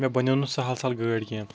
مےٚ بنیٚو نہٕ سَہَل سَہَل گٲڑۍ کیٚنٛہہ